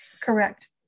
Correct